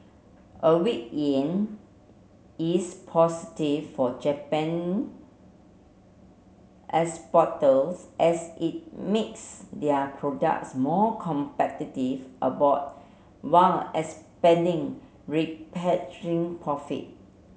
a weak yen is positive for Japan exporters as it makes their products more competitive abroad while expanding profit